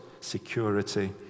security